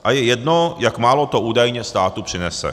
A je jedno, jak málo to údajně státu přinese.